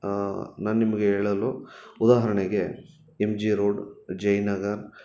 ನಾನು ನಿಮಗೆ ಹೇಳಲು ಉದಾಹರಣೆಗೆ ಎಮ್ ಜಿ ರೋಡ್ ಜಯನಗರ